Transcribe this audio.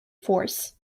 force